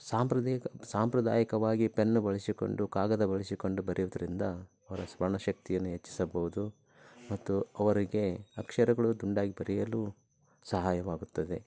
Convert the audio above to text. ಸಾಂಪ್ರದಾಯಿಕ ಸಾಂಪ್ರದಾಯಿಕವಾಗಿ ಪೆನ್ನು ಬಳಸಿಕೊಂಡು ಕಾಗದ ಬಳಸಿಕೊಂಡು ಬರೆಯುವುದರಿಂದ ಅವರ ಸ್ಮರಣ ಶಕ್ತಿಯನ್ನು ಹೆಚ್ಚಿಸಬಹುದು ಮತ್ತು ಅವರಿಗೆ ಅಕ್ಷರಗಳು ದುಂಡಾಗಿ ಬರೆಯಲು ಸಹಾಯವಾಗುತ್ತದೆ